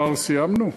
כבר סיימנו?